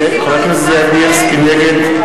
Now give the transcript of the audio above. נגד.